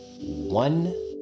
one